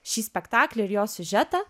šį spektaklį ir jo siužetą